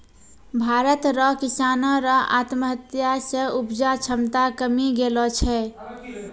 भारत रो किसानो रो आत्महत्या से उपजा क्षमता कमी गेलो छै